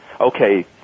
okay